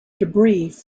debris